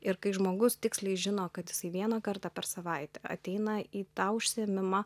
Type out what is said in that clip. ir kai žmogus tiksliai žino kad jisai vieną kartą per savaitę ateina į tą užsiėmimą